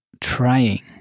trying